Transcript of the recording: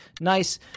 nice